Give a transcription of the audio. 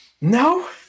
no